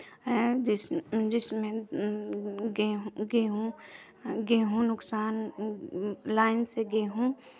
जिस जिसमें गेहूँ गेहूँ गेहूँ नुकसान लाइन से गेहूँ